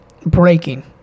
breaking